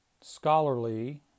scholarly